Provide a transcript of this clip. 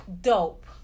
dope